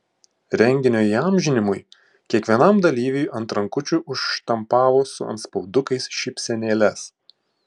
renginio įamžinimui kiekvienam dalyviui ant rankučių užštampavo su antspaudukais šypsenėles